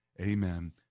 Amen